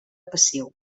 passiu